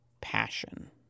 passion